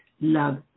love